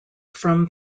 from